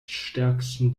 stärksten